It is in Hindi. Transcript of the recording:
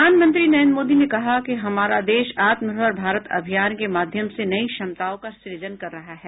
प्रधानमंत्री नरेन्द्र मोदी ने कहा है कि हमारा देश आत्मनिर्भर भारत अभियान के माध्यम से नई क्षमताओं का सृजन कर रहा है